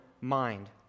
Mind